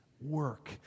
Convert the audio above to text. work